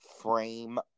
frame